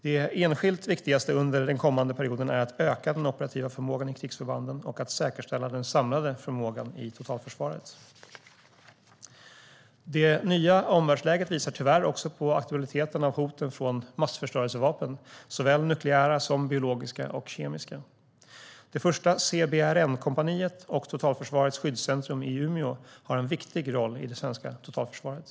Det enskilt viktigaste under den kommande perioden är att öka den operativa förmågan i krigsförbanden och att säkerställa den samlade förmågan i totalförsvaret. Det nya omvärldsläget visar tyvärr också på aktualiteten av hoten från massförstörelsevapen, såväl nukleära som biologiska och kemiska. Det första CBRN-kompaniet och Totalförsvarets skyddscentrum i Umeå har en viktig roll i det svenska totalförsvaret.